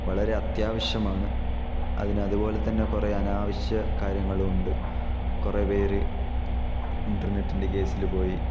വളരെ അത്യാവശ്യമാണ് അതിന് അതുപോലെ തന്നെ കുറേ അനാവശ്യ കാര്യങ്ങളുമുണ്ട് കുറെ പേര് ഇന്റർനെറ്റിന്റെ കേസില് പോയി